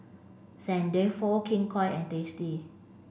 Saint Dalfour King Koil and Tasty